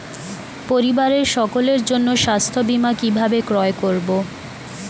পরিবারের সকলের জন্য স্বাস্থ্য বীমা কিভাবে ক্রয় করব?